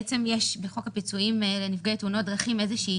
בחוק התאונות לנפגעי תאונות דרכים יש איזה שהיא